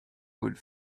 would